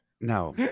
No